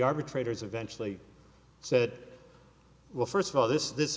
arbitrators eventually said well first of all this this